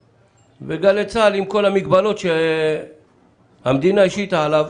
גלי צה"ל עם כל המגבלות שהמדינה השיתה עליו,